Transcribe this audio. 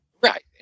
Right